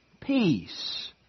Peace